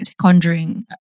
conjuring